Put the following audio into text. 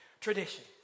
tradition